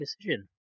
decision